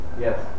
Yes